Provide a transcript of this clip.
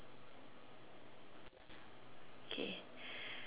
okay